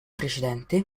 precedente